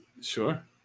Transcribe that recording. sure